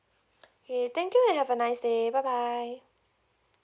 okay thank you and have a nice day bye bye